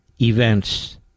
events